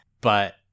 But-